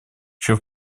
чем